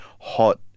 hot